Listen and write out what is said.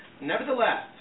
Nevertheless